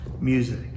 music